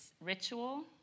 ritual